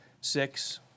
six